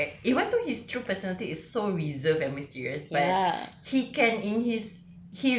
correct correct even though his true personality is so reserved and mysterious but he can in his